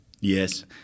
Yes